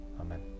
Amen